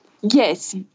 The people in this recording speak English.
Yes